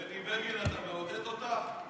בני בגין, אתה מעודד אותה?